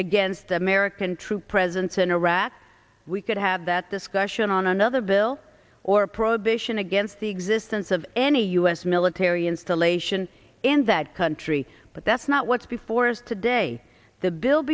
against american troop presence in iraq we could have that discussion on another bill or prohibition against the existence of any u s military installation in that country but that's not what's before us today the bill